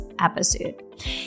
episode